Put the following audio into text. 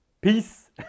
Peace